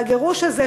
והגירוש הזה,